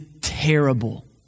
terrible